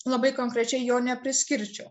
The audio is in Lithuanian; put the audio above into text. labai konkrečiai jo nepriskirčiau